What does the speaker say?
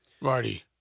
Marty